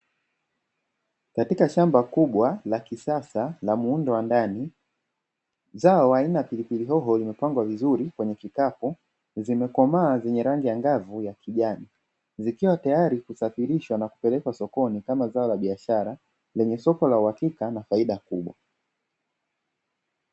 Katika shamba kubwa la kisasa la muundo wa ndani, zao aina ya pilipili hoho limepangwa vizuri kwenye kikapu, zimekomaa zenye rangi angavu ya kijani, zikiwa tayari kusafirishwa na kupelekwa sokoni kama zao la biashara, lenye soko la uhakika na faida kubwa.